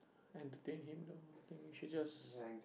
entertain him though I think you should just